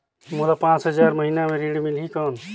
मोला पांच हजार महीना पे ऋण मिलही कौन?